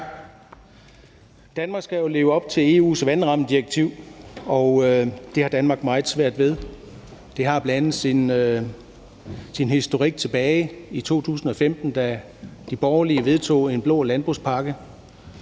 Danmark skal jo leve op til EU's vandrammedirektiv, og det har Danmark meget svært ved. Det har bl.a. en historik, der går tilbage til 2015, da de borgerlige vedtog en blå landbrugspakke.